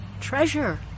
treasure